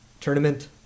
tournament